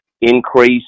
increase